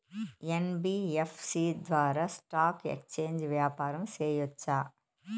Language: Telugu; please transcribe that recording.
యన్.బి.యఫ్.సి ద్వారా స్టాక్ ఎక్స్చేంజి వ్యాపారం సేయొచ్చా?